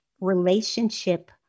relationship